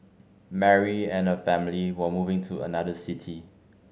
Mary and her family were moving to another city